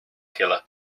killer